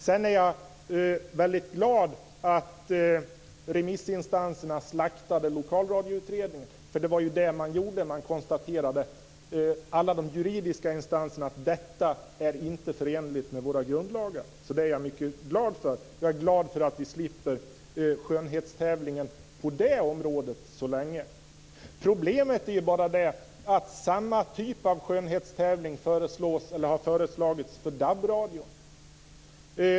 Jag är väldigt glad över att remissinstanserna slaktade lokalradioutredningen, för det var ju det man gjorde. Alla de juridiska instanserna konstaterade att den inte var förenlig med våra grundlagar. Så det är jag mycket glad för. Jag är glad för att vi slipper skönhetstävlingen på detta område så länge. Problemet är bara att samma typ av skönhetstävling har föreslagits för DAB-radion.